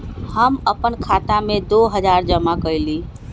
हम अपन खाता में दो हजार जमा कइली